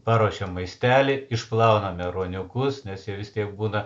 paruošiam maistelį išplauname ruoniukus nes jie vis tiek būna